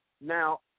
Now